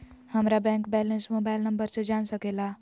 हमारा bank balance mobile number से जान सके ला?